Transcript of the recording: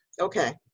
Okay